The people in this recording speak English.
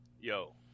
yo